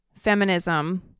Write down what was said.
feminism